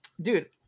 dude